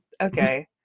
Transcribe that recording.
Okay